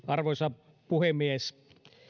arvoisa puhemies